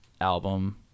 album